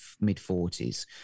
mid-40s